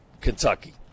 Kentucky